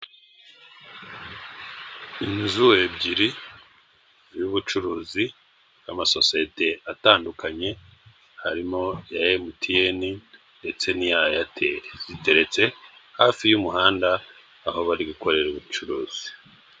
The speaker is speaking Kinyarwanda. Inzu ebyiri, iy'ubucuruzi bw'amasosiyete atandukanye, harimo iya MTN ndetse n'iya Airtel, ziteretse hafi y'umuhanda aho bari gukorera ubucuruzi.